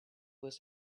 with